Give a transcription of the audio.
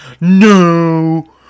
no